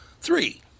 three